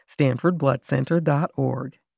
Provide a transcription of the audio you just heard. StanfordBloodCenter.org